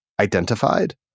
identified